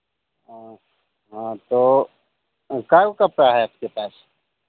हाँ तो कौन कपड़ा है आपके पास